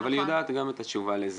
היא יודעת גם את התשובה לזה.